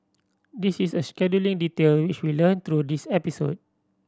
this is a scheduling detail which we learnt through this episode